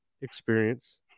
experience